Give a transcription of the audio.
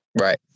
Right